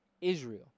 Israel